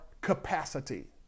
capacity